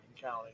county